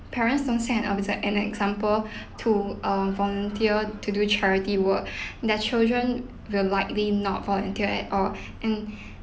parents don't set an outs~ an example to um volunteer to do charity work their children will likely not volunteer at all and